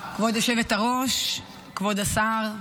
כבוד היושבת-ראש, כבוד השר,